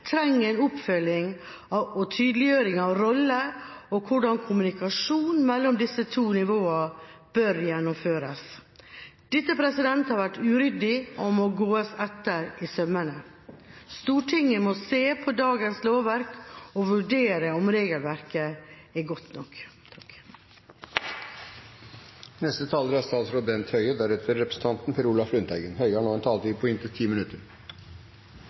trenger en oppfølging og tydeliggjøring av roller og hvordan kommunikasjonen mellom disse to nivåene bør gjennomføres. Dette har vært uryddig og må gåes etter i sømmene. Stortinget må se på dagens lovverk og vurdere om regelverket er godt nok. Jeg oppfattet at representanten Kolberg etterlyste et svar på spørsmålet om hva vi kan lære av denne saken, og hva jeg har lært av saken. Det var jeg også inne på